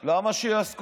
כי גם אז הם